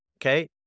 okay